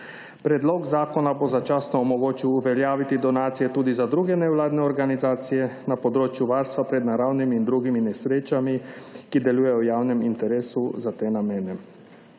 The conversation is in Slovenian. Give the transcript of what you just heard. Predlog zakona bo začasno omogočil uveljaviti donacije tudi za druge nevladne organizacije na področju varstva pred naravnimi in drugimi nesrečami, ki delujejo v javnem interesu za te namene.